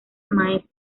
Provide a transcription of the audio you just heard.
maestro